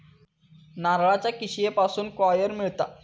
नारळाच्या किशीयेपासून कॉयर मिळता